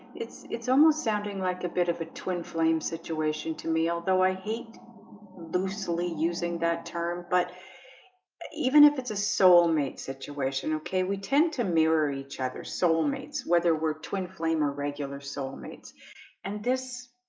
it's it's almost sounding like a bit of a twin flame situation to me. although i hate loosely using that term but but even if it's a soulmate situation. okay, we tend to mirror each other soulmates whether we're twin flame irregular soulmates and this